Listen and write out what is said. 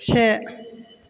से